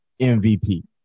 MVP